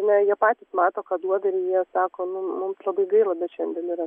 na jie patys mato ką duoda ir jie sako nu mums labai gaila bet šiandien yra